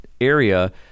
area